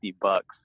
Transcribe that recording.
bucks